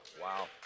Wow